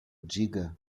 diga